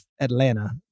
Atlanta